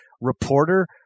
reporter